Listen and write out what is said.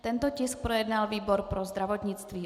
Tento tisk projednal výbor pro zdravotnictví.